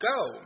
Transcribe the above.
go